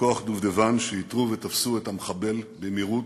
ולכוח "דובדבן", שאיתרו ותפסו את המחבל במהירות,